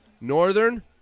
Northern